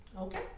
Okay